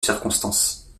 circonstance